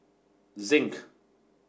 zinc